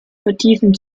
vertiefen